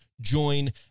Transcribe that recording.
join